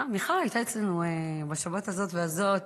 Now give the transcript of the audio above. מיכל הייתה אצלנו בשבת הזאת והזאת,